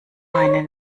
meine